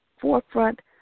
Forefront